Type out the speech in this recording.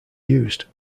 used